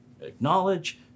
acknowledge